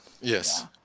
Yes